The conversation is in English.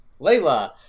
Layla